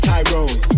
Tyrone